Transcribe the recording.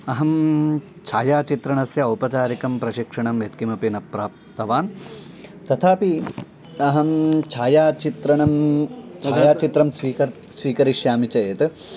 अहं छायाचित्रणस्य औपचारिकं प्रशिक्षणं यत्किमपि न प्राप्तवान् तथापि अहं छायाचित्रणं छायाचित्रं स्विकर्तुं स्वीकरिष्यामि चेत्